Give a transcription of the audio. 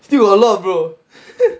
still got a lot brother